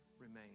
remain